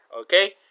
okay